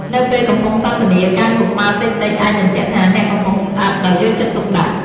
នៅពេលកំពុងសន្ទនា ការងក់ក្បាលតិចៗ អាចបញ្ជាក់ថាអ្នកកំពុងស្តាប់ដោយយកចិត្តទុកដាក់។